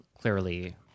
clearly